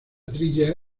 trilla